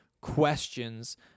questions